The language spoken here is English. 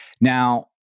Now